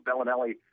Bellinelli